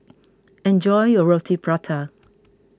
enjoy your Roti Prata